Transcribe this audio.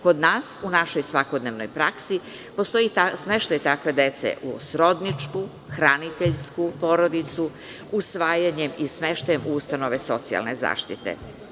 Kod nas, u našoj svakodnevnoj praksi, postoji smeštaj takve dece u srodničku, hraniteljsku porodicu, usvajanjem i smeštajem u ustanove socijalne zaštite.